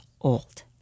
old